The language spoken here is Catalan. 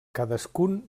cadascun